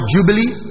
Jubilee